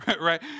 Right